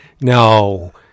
No